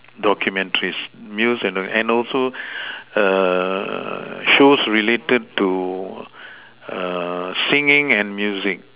documentaries news and also shows related to singing and music